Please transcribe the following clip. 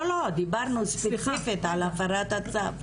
דיברנו ספציפית על הפרת הצו.